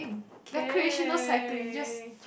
okay